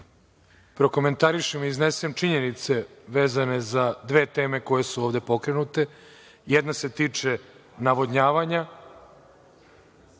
prokomentarišem i iznesem činjenice vezane za dve teme koje su ovde pokrenute. Jedna se tiče navodnjavanja.